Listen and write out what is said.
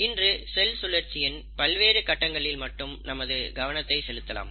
இன்று செல் சுழற்சியின் பல்வேறு கட்டங்களில் மட்டும் நமது கவனத்தை செலுத்தலாம்